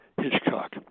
Hitchcock